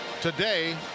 Today